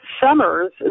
summers